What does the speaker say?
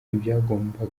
ibyagombaga